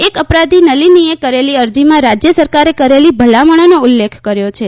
એક અપરાધી નલીનીએ કરેલી અરજીમાં રાજ્ય સરકારે કરેલી ભલામણોનો ઉલ્લેખ કર્યોં છે